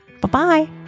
Bye-bye